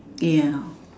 ya